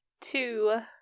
two